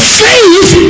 faith